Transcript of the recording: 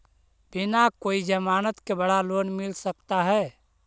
बिना कोई जमानत के बड़ा लोन मिल सकता है?